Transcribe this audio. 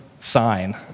sign